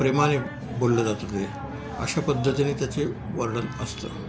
प्रेमाने बोललं जातं ते अशा पद्धतीने त्याचे वर्णन असतं